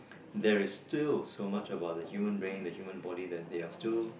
there is still so much about the human brain the human body that they are still